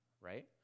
right